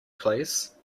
please